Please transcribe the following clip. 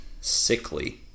sickly